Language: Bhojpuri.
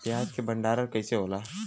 प्याज के भंडारन कइसे होला?